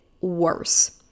worse